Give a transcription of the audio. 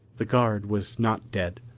the guard was not dead.